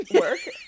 work